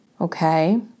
Okay